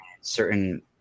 certain